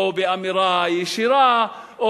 או באמירה ישירה,